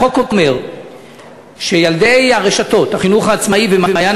החוק אומר שילדי הרשתות "החינוך העצמאי" ו"מעיין